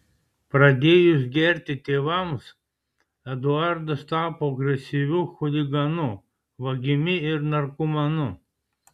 pradėjus gerti tėvams eduardas tapo agresyviu chuliganu vagimi ir narkomanu